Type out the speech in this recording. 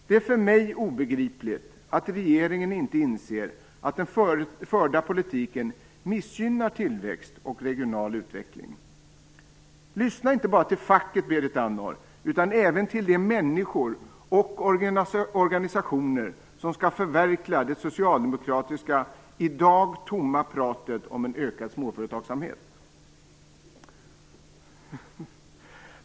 Det är för mig obegripligt att regeringen inte inser att den förda politiken missgynnar tillväxt och regional utveckling. Lyssna inte bara till facket, Berit Andnor, utan även till de människor och organisationer som skall förverkliga det socialdemokratiska i dag tomma pratet om en ökad småföretagsamhet.